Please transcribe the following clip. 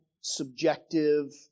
subjective